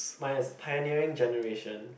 mine is pioneering generation